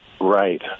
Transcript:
Right